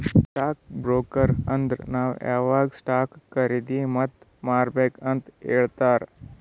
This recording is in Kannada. ಸ್ಟಾಕ್ ಬ್ರೋಕರ್ ಅಂದುರ್ ನಾವ್ ಯಾವಾಗ್ ಸ್ಟಾಕ್ ಖರ್ದಿ ಮತ್ ಮಾರ್ಬೇಕ್ ಅಂತ್ ಹೇಳ್ತಾರ